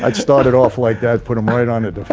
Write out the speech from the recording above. like started off like that put him right on it